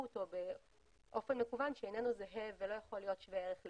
או באופן מקוון שאיננו זהה ולא יכול להיות שווה ערך לפקס.